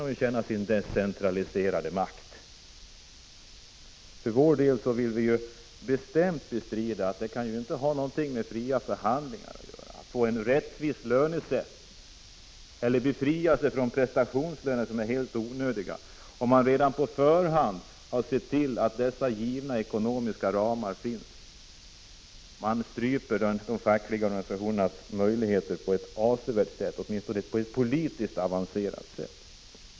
Om man redan på förhand har sett till att givna ekonomiska ramar finns, vill vi för vår del bestämt bestrida att detta kan ha något med fria förhandlingar att göra, med rättvis lönesättning eller med befrielse från prestationslöner som är helt onödiga. Man stryper de fackliga organisationernas möjligheter på ett politiskt avancerat sätt.